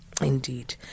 Indeed